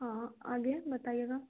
हाँ आगे बताइएगा